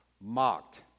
mocked